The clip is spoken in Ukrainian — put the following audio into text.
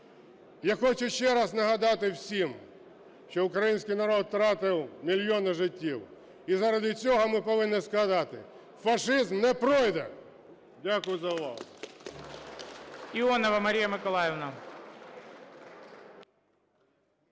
Я хочу ще раз нагадати всім, що український народ втратив мільйони життів і заради цього ми повинні сказати: фашизм не пройде! Дякую за увагу.